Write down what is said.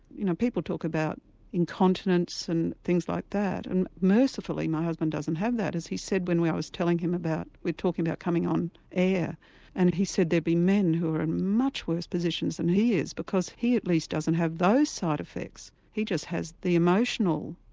you know people talk about incontinence and things like that and mercifully my husband doesn't have that as he said when i was telling him, we were talking about coming on air and he said there'd be men who are in much worse positions than he is because he at least doesn't have those side effects. he just has the emotional,